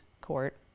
Court